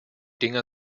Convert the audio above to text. dinger